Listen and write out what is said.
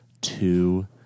two